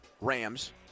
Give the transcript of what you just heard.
Rams